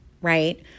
right